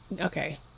Okay